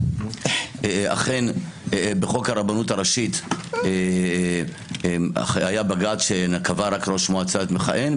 אכן בחוק הרבנות הראשית היה בג"ץ שקבע רק ראש מועצה מכהן,